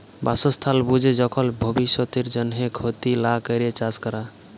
বাসস্থাল বুঝে যখল ভব্যিষতের জন্হে ক্ষতি লা ক্যরে চাস ক্যরা